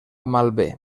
malbé